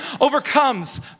overcomes